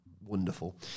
Wonderful